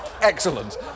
excellent